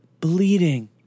bleeding